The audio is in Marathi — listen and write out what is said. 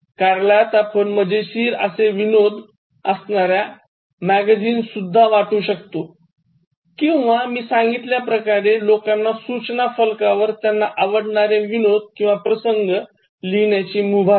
कार्यालयात आपण मजेशीर असे विनोद असणाऱ्या मॅगझिन्स सुद्धा वाटू शकतो किंवा मी सांगितल्या प्रमाणे लोकांना सूचना फलकावर त्यांना आवडणारे विनोद किंवा प्रसन्न लिहण्याची मुभा द्या